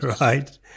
right